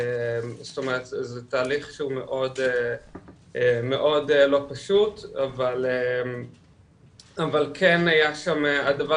זאת אומרת זה תהליך שהוא מאוד לא פשוט אבל כן היה שם הדבר